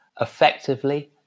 Effectively